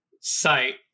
sight